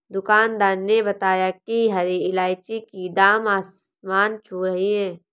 दुकानदार ने बताया कि हरी इलायची की दाम आसमान छू रही है